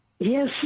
Yes